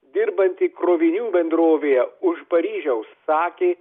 dirbanti krovinių bendrovėje už paryžiaus sakė